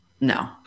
No